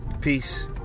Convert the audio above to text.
Peace